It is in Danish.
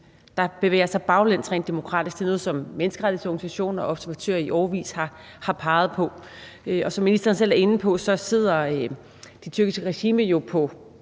der bevæger sig baglæns rent demokratisk. Det er noget, som menneskerettighedsorganisationer og observatører i årevis har peget på. Og som ministeren selv er inde på, sidder det tyrkiske regime jo på